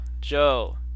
Joe